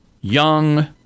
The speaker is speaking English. young